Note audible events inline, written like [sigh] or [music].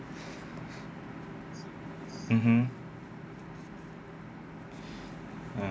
mmhmm [breath] mm